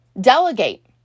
Delegate